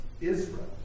Israel